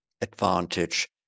advantage